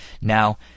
Now